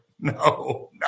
No